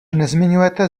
nezmiňujete